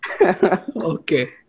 Okay